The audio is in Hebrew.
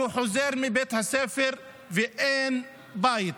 שהוא חוזר מבית הספר, ואין בית.